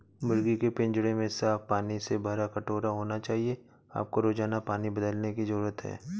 मुर्गी के पिंजरे में साफ पानी से भरा कटोरा होना चाहिए आपको रोजाना पानी बदलने की जरूरत है